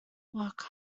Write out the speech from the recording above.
work